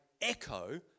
echo